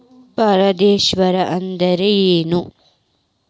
ಪರಾಗಸ್ಪರ್ಶ ಅಂದರೇನು?